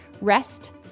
Rest